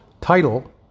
title